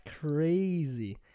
crazy